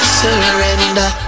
surrender